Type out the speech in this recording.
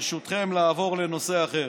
ברשותכם, לעבור לנושא אחר.